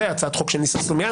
הצעת חוק של ניסים סלומיאנסקי,